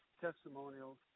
testimonials